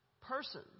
person